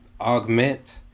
augment